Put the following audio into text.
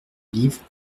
livre